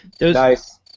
nice